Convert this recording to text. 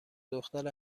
دختر